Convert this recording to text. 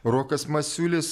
rokas masiulis